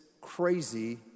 crazy